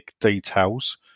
details